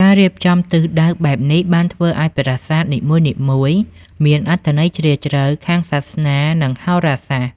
ការរៀបចំទិសដៅបែបនេះបានធ្វើឲ្យប្រាសាទនីមួយៗមានអត្ថន័យជ្រាលជ្រៅខាងសាសនានិងហោរាសាស្ត្រ។